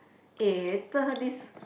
eh later this